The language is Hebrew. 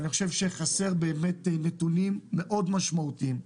חסרים נתונים משמעותיים מאוד.